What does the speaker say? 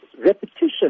repetition